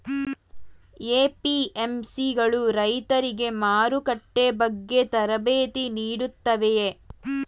APMC ಗಳು ರೈತರಿಗೆ ಮಾರುಕಟ್ಟೆ ಬಗ್ಗೆ ತರಬೇತಿ ನೀಡುತ್ತವೆಯೇ?